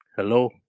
Hello